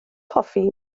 hoffi